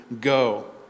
go